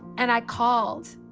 and i called.